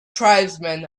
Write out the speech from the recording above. tribesmen